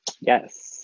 Yes